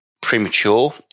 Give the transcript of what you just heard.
premature